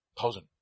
Thousand